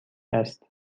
است